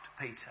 Peter